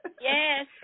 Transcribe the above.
Yes